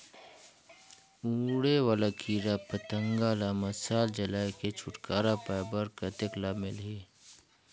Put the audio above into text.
उड़े वाला कीरा पतंगा ले मशाल जलाय के छुटकारा पाय बर कतेक लाभ मिलही?